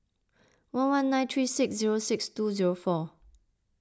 one one nine three six zero six two zero four